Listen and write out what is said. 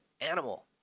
animal